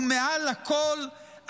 ומעל הכול,